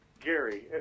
Gary